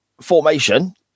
Formation